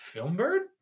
Filmbird